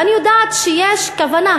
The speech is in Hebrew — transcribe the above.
ואני יודעת שיש כוונה,